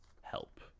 help